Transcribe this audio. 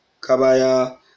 Kabaya